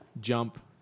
Jump